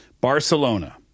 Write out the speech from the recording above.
Barcelona